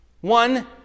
One